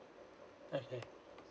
okay